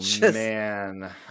man